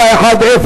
פ/2410,